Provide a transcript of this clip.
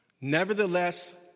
Nevertheless